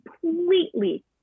completely